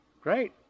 great